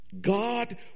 God